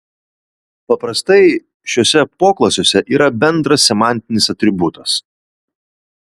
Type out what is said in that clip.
paprastai šiuose poklasiuose yra bendras semantinis atributas